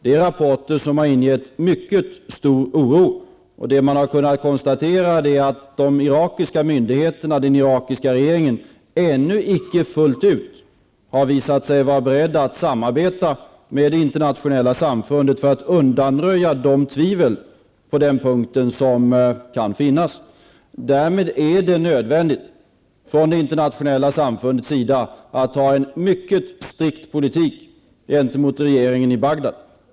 Det är rapporter som har ingett mycket stor oro. Man har kunnat konstatera att de irakiska myndigheterna och den irakiska regeringen ännu icke fullt ut har visat sig vara beredda att samarbeta med det internationella samfundet för att undanröja de tvivel på den punkten som kan finnas. Därmed är det nödvändigt från det internationella samfundets sida att ha en mycket strikt politik gentemot regeringen i Bagdad.